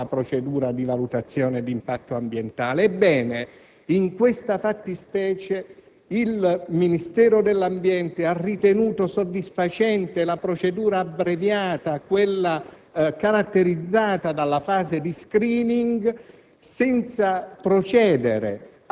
ha voluto fissare definendo la procedura di valutazione d'impatto ambientale. Ebbene, in questa fattispecie il Ministero dell'ambiente ha ritenuto soddisfacente la procedura abbreviata, caratterizzata dalla fase di *screening*,